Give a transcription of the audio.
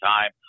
Time